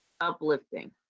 uplifting